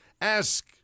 Ask